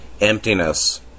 emptiness